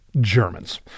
Germans